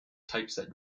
typeset